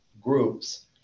groups